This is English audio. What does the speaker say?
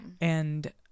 And-